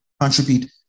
contribute